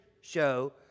show